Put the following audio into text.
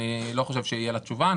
אני לא חושב שתהיה לה תשובה.